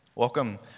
Welcome